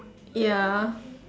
ya